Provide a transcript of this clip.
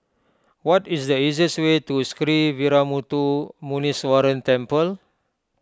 what is the easiest way to Sree Veeramuthu Muneeswaran Temple